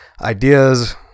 ideas